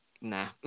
Nah